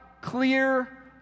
clear